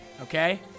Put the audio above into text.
okay